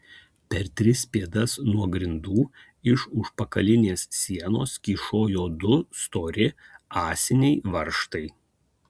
per tris pėdas nuo grindų iš užpakalinės sienos kyšojo du stori ąsiniai varžtai